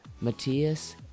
Matthias